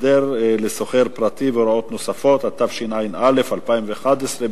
(הסדר לשוכר פרטי והוראות נוספות), התשע"א 2011,